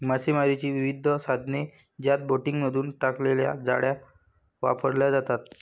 मासेमारीची विविध साधने ज्यात बोटींमधून टाकलेल्या जाळ्या वापरल्या जातात